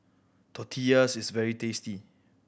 Tortillas is very tasty